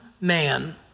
man